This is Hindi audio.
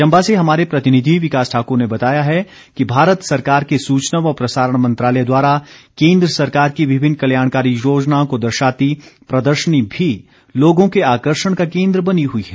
चंबा से हमारे प्रतिनिधि विकास ठाक्र ने बताया है कि भारत सरकार के सूचना व प्रसारण मंत्रालय द्वारा केन्द्र सरकार की विभिन्न कल्याणकारी योजनाओं को दर्शाती प्रदर्शनी भी लोगों के आकर्षण का केन्द्र बनी हुई है